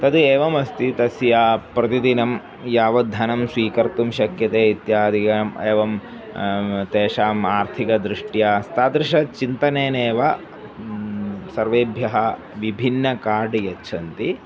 तद् एवमस्ति तस्य प्रतिदिनं यावद्धनं स्वीकर्तुं शक्यते इत्यादिकम् एवं तेषाम् आर्थिकदृष्ट्या तादृशं चिन्तनेनेव सर्वेभ्यः विभिन्नं कार्ड् यच्छन्ति